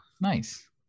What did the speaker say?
Nice